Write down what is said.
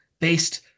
based